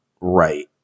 right